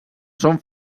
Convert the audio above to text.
són